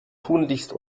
tunlichst